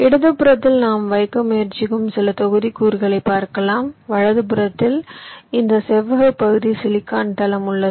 இடதுபுறத்தில் நாம் வைக்க முயற்சிக்கும் சில தொகுதிக்கூறுகளை பார்க்கலாம் வலதுபுறத்தில் இந்த செவ்வக பகுதி சிலிக்கான் தளம் உள்ளது